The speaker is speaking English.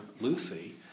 Lucy